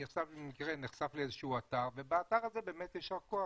אני במקרה נחשף עכשיו לאיזשהו אתר ובאתר הזה באמת יישר כוח.